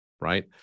Right